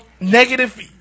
negative